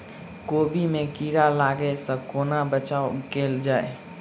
कोबी मे कीड़ा लागै सअ कोना बचाऊ कैल जाएँ?